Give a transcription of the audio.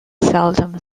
seldom